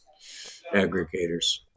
aggregators